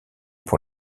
pour